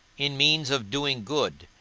in means of doing good,